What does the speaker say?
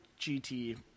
GT